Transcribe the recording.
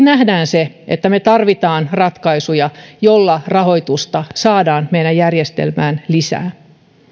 nähdään se että me tarvitsemme ratkaisuja joilla rahoitusta saadaan meidän järjestelmään lisää